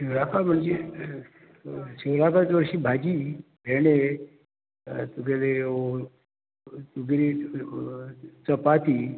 शिवराका म्हणजे शिंगळाका चड अशी भाजी भेणे तुगेले तुगेली चपाती